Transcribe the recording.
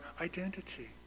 identity